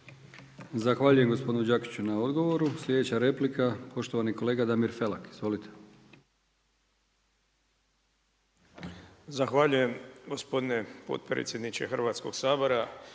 Zahvaljujem gospodinu Đakiću na odgovoru. Sljedeća replika, poštovani kolega Damir Felak. Izvolite. **Felak, Damir (HDZ)** Zahvaljujem gospodine potpredsjedniče Hrvatskoga sabora.